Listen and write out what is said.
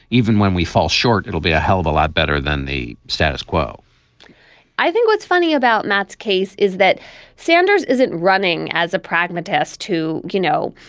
even when we fall short, it'll be a hell of a lot better than the status quo i think what's funny about matt's case is that sanders isn't running as a pragmatist who, you know,